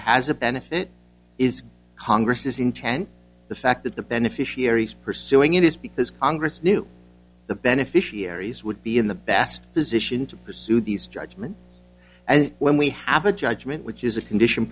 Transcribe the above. has a benefit is congress's intent the fact that the beneficiaries pursuing it is because congress knew the beneficiaries would be in the best position to pursue these judgment and when we have a judgment which is a condition